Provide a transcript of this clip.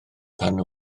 pan